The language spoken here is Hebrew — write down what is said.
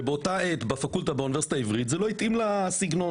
ובאותה עת בפקולטה באוניברסיטה העברית זה לא התאים לסגנון.